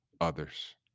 others